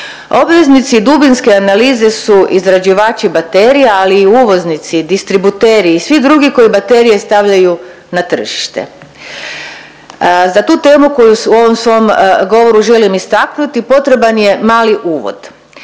Obveznici dubinske analize su izrađivači baterija ali i uvoznici, distributeri i svi drugi koji baterije stavljaju na tržište. Za tu temu koju u ovom svom govoru želim istaknuti potreban je mali uvod.